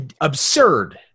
absurd